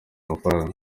amafaranga